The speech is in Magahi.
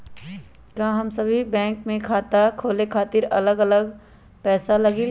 का सभी बैंक में खाता खोले खातीर अलग अलग पैसा लगेलि?